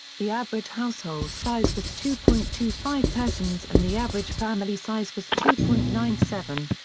the average household size was two point two five persons and the average family size was two point nine seven.